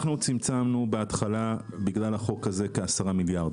אנחנו צמצמנו בהתחלה בגלל החוק הזה כ-10 מיליארד.